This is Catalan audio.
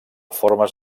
formes